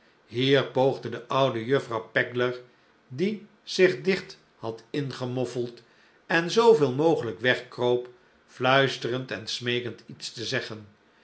hier poogde de oude juffrouw pegler die zich dicht had ingemoffeld en zooveel mogelijk wegkroop fluisterend en smeekend iets te zeggen